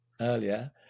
earlier